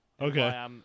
okay